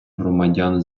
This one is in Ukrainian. громадян